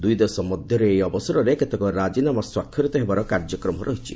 ଦୁଇଦେଶ ମଧ୍ୟରେ ଏହି ଅବସରରେ କେତେକ ରାଜିନାମା ସ୍ୱାକ୍ଷରିତ ହେବାର କାର୍ଯ୍ୟକ୍ରମ ରହିଛି